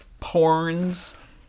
porns